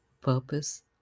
purpose